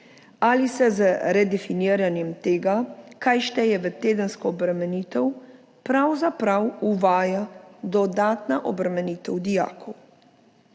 ali se z redefiniranjem tega, kaj šteje v tedensko obremenitev, pravzaprav uvaja dodatna obremenitev dijakov.